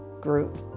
group